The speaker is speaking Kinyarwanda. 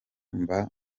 mba